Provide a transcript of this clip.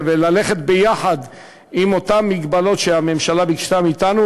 וללכת ביחד עם אותן מגבלות שהממשלה ביקשה מאתנו.